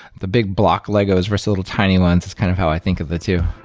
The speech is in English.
the big block legos versus little tiny ones is kind of how i think of the two.